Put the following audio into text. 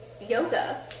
yoga